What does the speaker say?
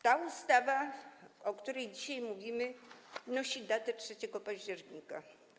Ta ustawa, o której dzisiaj mówimy, nosi datę 3 października.